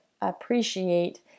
appreciate